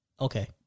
Okay